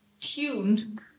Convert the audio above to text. tuned